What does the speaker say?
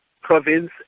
province